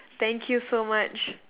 thank you so much